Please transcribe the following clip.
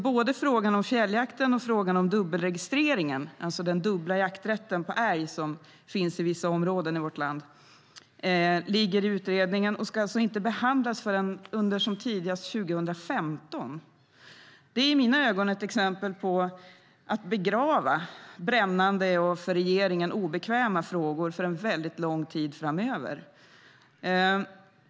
Både frågan om fjälljakten och frågan om dubbelregistreringen, det vill säga den dubbla jakträtten på älg som finns i vissa områden i vårt land, ligger i utredningen och ska inte behandlas förrän tidigast under 2015. Det är i mina ögon ett exempel på att begrava brännande och för regeringen obekväma frågor för en väldigt lång tid framöver.